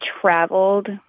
traveled